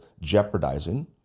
jeopardizing